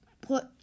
put